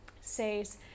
says